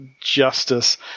Justice